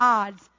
odds